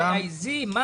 גם